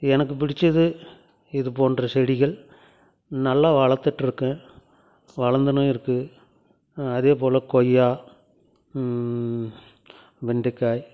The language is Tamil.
எனக்கு பிடித்தது இது போன்ற செடிகள் நல்லா வளர்த்துட்டு இருக்கேன் வளர்ந்துன்னுன் இருக்குது அதேபோல் கொய்யா வெண்டைக்காய்